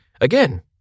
Again